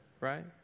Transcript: right